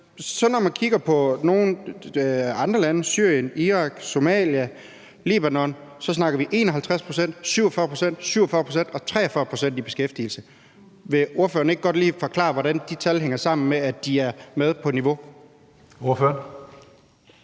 Når man så kigger på nogle andre lande: Syrien, Irak, Somalia og Libanon, snakker vi om 51 pct., 47 pct., 47 pct. og 43 pct. i beskæftigelse. Vil ordføreren ikke godt lige forklare, hvordan de tal hænger sammen med, at de er med på niveau? Kl.